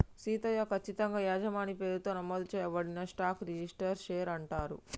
సీతయ్య, కచ్చితంగా యజమాని పేరుతో నమోదు చేయబడిన స్టాక్ ని రిజిస్టరు షేర్ అంటారు